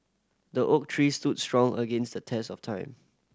the oak tree stood strong against the test of time